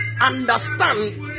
understand